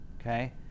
okay